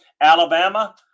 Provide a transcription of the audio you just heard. Alabama